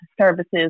services